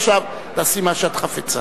עכשיו תעשי מה שאת חפצה.